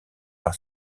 par